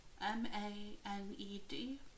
m-a-n-e-d